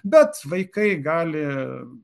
bet vaikai gali